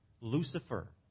Lucifer